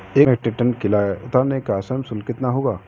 एक metric ton केला उतारने का श्रम शुल्क कितना होगा?